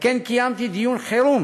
וכן קיימתי דיון חירום